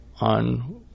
on